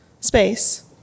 space